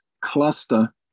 cluster